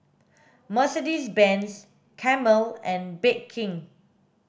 Mercedes Benz Camel and Bake King